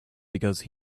because